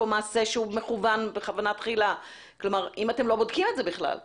למעשה ריבוי המקרים מלמדים אותנו כאשר מדובר בעבירה